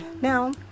Now